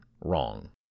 wrong